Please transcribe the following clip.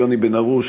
ליוני בן-הרוש,